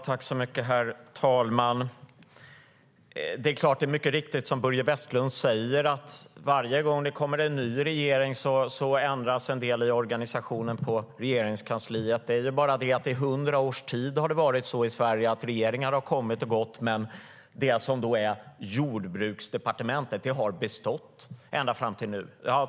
Herr talman! Det är mycket riktigt så som Börje Vestlund säger, nämligen att varje gång det kommer en ny regering ändras en del i organisationen på Regeringskansliet. Men i hundra års tid har regeringar kommit och gått i Sverige, men Jordbruksdepartementet har bestått - ända fram till nu.